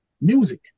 music